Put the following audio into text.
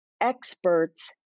experts